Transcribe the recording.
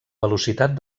velocitat